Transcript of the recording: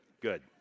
good